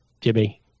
Jimmy